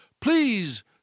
please